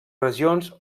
regions